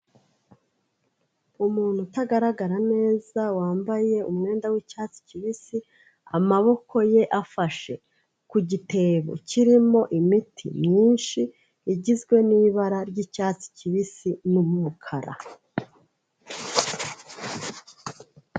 Umuntu utagaragara neza wambaye umwenda w'icyatsi kibisi amaboko ye afashe ku gitebo kirimo imiti myinshi igizwe n'ibara ry'icyatsi kibisi n'umukara.